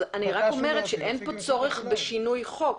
אני רק אומרת שאין פה צורך בשינוי חוק,